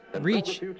reach